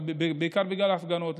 בעיקר בגלל ההפגנות.